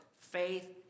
Faith